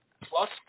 plus